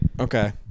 Okay